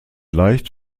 leicht